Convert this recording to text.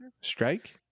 Strike